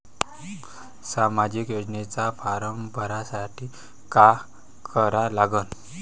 सामाजिक योजनेचा फारम भरासाठी का करा लागन?